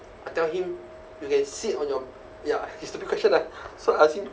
I tell him you can sit on your ya it's stupid question ah so I ask him